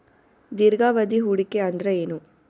ದೀರ್ಘಾವಧಿ ಹೂಡಿಕೆ ಅಂದ್ರ ಏನು?